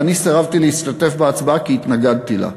ואני סירבתי להשתתף בהצבעה כי התנגדתי לה.